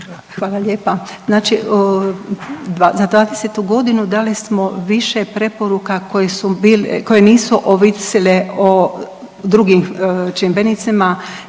Hvala lijepa. Znači za '20.-tu godinu dali smo više preporuka koje nisu ovisile o drugim čimbenicima